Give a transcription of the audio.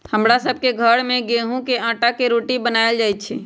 हमरा सभ के घर में गेहूम के अटा के रोटि बनाएल जाय छै